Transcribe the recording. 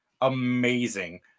amazing